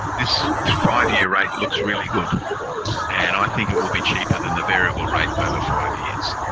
this five-year rate looks really good and i think it will be cheaper than the variable rate over five years.